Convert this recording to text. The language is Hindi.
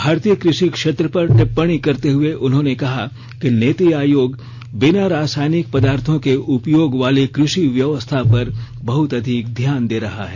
भारतीय कृषि क्षेत्र पर टिप्पणी करते हए उन्होंने कहा कि नीति आयोग बिना रासायनिक पदार्थो के उपयोग वाली कृषि व्यवस्था पर बहुत अधिक ध्यान दे रहा है